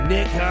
Nick